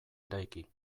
eraiki